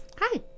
Hi